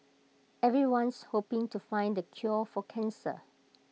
everyone's hoping to find the cure for cancer